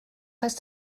heißt